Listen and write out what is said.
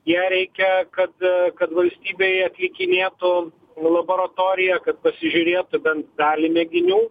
ją reikia kad kad valstybėj atlikinėtų laboratorija kad pasižiūrėtų bent dalį mėginių